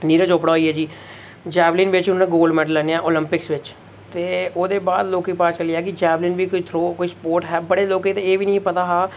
नीरज चोपड़ा होई गेआ जी जैवलीन च गोल्ड मैडल आह्न्नेआ ओलंपिक्स बिच ते ओह्दे बाद लोकें गी पता चली गेआ कि जैवलिन बी कोई थ्रो कोई सपोर्ट् है बड़े लोकें गी ते एह् बी नेई पता हा